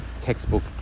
textbook